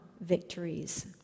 victories